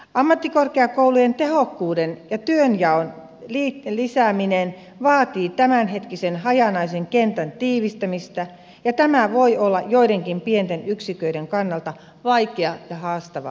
ammattikorkeakoulujen tehokkuuden ja työnjaon lisääminen vaatii tämänhetkisen hajanaisen kentän tiivistämistä ja tämä voi olla joidenkin pienten yksiköiden kannalta vaikea ja haastava asia